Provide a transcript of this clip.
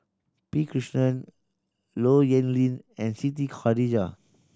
P Krishnan Low Yen Ling and Siti Khalijah